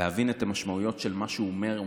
להבין את המשמעויות של מה שהוא אומר,